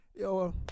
yo